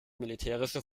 militärische